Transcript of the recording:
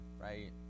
right